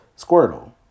Squirtle